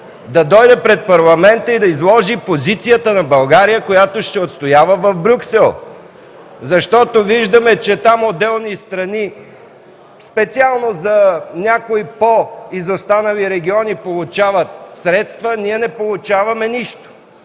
да дойде пред Парламента и да изложи позицията на България, която ще отстоява в Брюксел. Виждаме, че там отделни страни, специално за някои по-изостанали региони получават средства, ние не получаваме нищо.